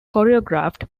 choreographed